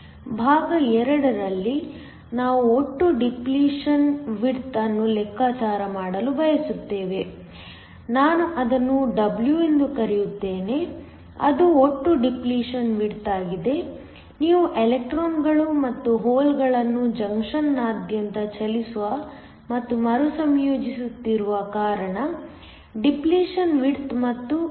ಭಾಗ 2 ರಲ್ಲಿ ನಾವು ಒಟ್ಟು ಡಿಪ್ಲೀಷನ್ ವಿಡ್ತ್ ಅನ್ನು ಲೆಕ್ಕಾಚಾರ ಮಾಡಲು ಬಯಸುತ್ತೇವೆ ನಾನು ಅದನ್ನು W ಎಂದು ಕರೆಯುತ್ತೇನೆ ಅದು ಒಟ್ಟು ಡಿಪ್ಲೀಷನ್ ವಿಡ್ತ್ ಆಗಿದೆ ನೀವು ಎಲೆಕ್ಟ್ರಾನ್ಗಳು ಮತ್ತು ಹೋಲ್ಗಳನ್ನು ಜಂಕ್ಷನ್ನಾದ್ಯಂತ ಚಲಿಸುವ ಮತ್ತು ಮರುಸಂಯೋಜಿಸುತ್ತಿರುವ ಕಾರಣ ಡಿಪ್ಲೀಷನ್ ವಿಡ್ತ್ ಮತ್ತೆ ರೂಪುಗೊಳ್ಳುತ್ತದೆ